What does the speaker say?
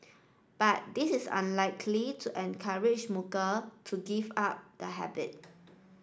but this is unlikely to encourage smoker to give up the habit